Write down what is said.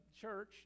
church